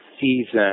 season